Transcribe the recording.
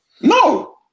No